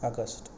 August